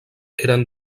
eren